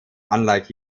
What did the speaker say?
unlike